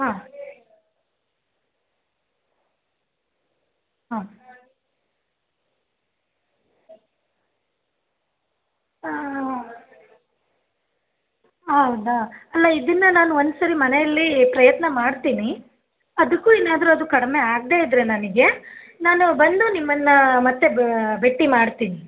ಹಾಂ ಹಾಂ ಹಾಂ ಹೌದಾ ಅಲ್ಲ ಇದನ್ನು ನಾನು ಒಂದು ಸಾರಿ ಮನೆಯಲ್ಲಿ ಪ್ರಯತ್ನ ಮಾಡ್ತೀನಿ ಅದಕ್ಕೂ ಏನಾದರೂ ಅದು ಕಡಿಮೆ ಆಗದೆ ಇದ್ದರೆ ನನಗೆ ನಾನು ಬಂದು ನಿಮ್ಮನ್ನು ಮತ್ತೆ ಬೆ ಭೆಟ್ಟಿ ಮಾಡ್ತೀನಿ